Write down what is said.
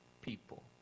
people